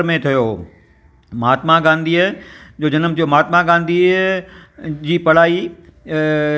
चवंदा आहिनि की गेमिंग में बि सुठो हूंदो आहे मोबाइलिनि जूं गेमिंग जीअं त पबजी मिनीमल शा